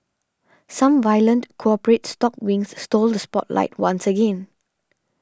some violent corporate stock wings stole the spotlight once again